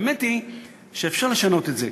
האמת היא שאפשר לשנות את זה.